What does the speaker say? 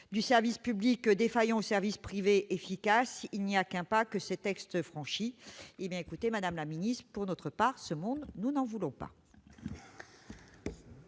Du service public défaillant au service privé efficace, il n'y a qu'un pas, que ce texte franchit. Écoutez, madame la ministre : pour notre part, ce monde, nous n'en voulons pas